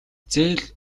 зээл